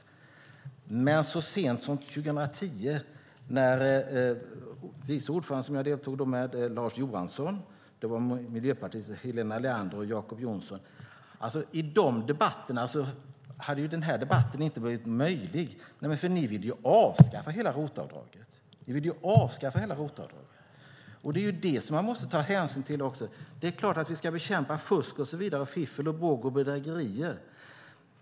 Men i debatter så sent som 2010 där jag deltog tillsammans med vice ordföranden Lars Johansson, Helena Leander och Jacob Johnson hade denna debatt inte varit möjlig. Ni vill ju avskaffa hela ROT-avdraget. Det är klart att vi ska bekämpa fusk, fiffel, båg och bedrägerier.